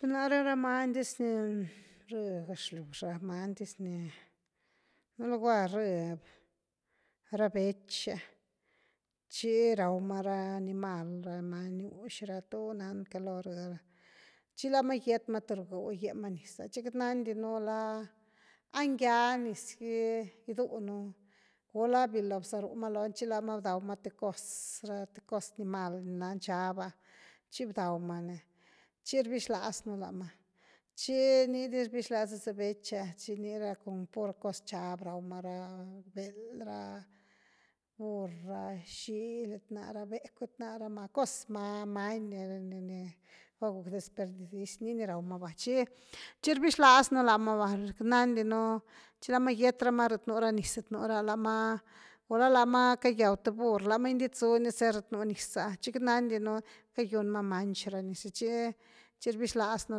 Nare ra manydis ni rh gexlyw, ra many diz, nú lugar rh ra betx, cthi raw ma ra animl ra manygiux, tu nan calo rh, tchi lama giet ma th ru-gëw gye ma niz, tchi queity nandin’ah a ngya nix gy gidunu, gulá viloo bzaru ma lony tchi láma bdaw ma th cos, ra th cos, aminal ni na nxab’a tchi bdaw ma ni tchi rbixlaz nú lama, tchi ni ni rbixlaz nú za béch’a, tchi per com pur cos nxab raw raw ma ra, beld, ra burr, ra xily, lat ná ra becw, lat ná ra many, cos, many ni – ni va guck desperdizyni ni raw ma va, tchi, tchi rbixláz nú la ma va, queity nandinu tchi lama giet mal at nú ra niz, láma gulá láma cagyaw th burr, láma ginditzuni cerc lat nú niz’a tchi queity nandy nú cayu ma manch ra niz gy tchi, tchi rbix láz nú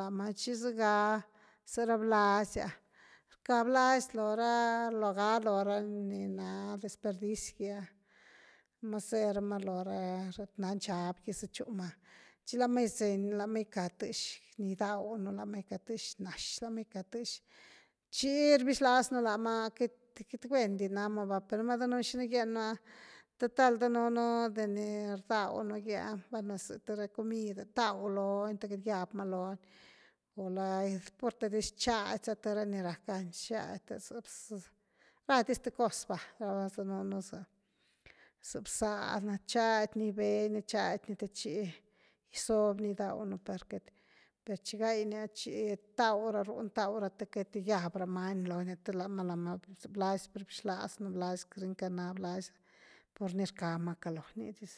lama tchi zëga ra blazy’a rca blazz lo ra logara ni ná desperdicy gy’a base lo ra lat na nxab gy satchuma, tchi lama gizeni la ma gicka tëx ni gidaw nú, lá ma gicka tëx nax, láma gicka tëx, tchi rbix laz nú lm, queity, queity guen di náma va per numá danuun xina gien nú’ah total danuuu de ni rdaw un gy’ah sa th ra comid’e taw loonyte cat giab ma lony, gula purthe dis chady za th ra ni rackan chady radiz th cos va, za bzáh na, tchady ni, gibé ni chady ni te chi zob ni gidaw nú par queity, per chi gái, chi taw ra runy, taw ra te queity giab ra many lony, te lama-lama za blazy brëny ca na blazy pur ni rcka ma caloo nidis.